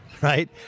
right